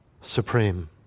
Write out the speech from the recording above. supreme